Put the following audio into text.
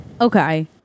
Okay